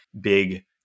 big